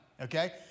Okay